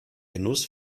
genuss